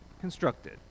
constructed